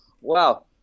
wow